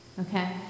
okay